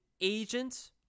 agent